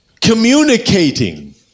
communicating